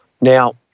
Now